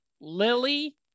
Lily